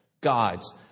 God's